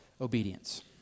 obedience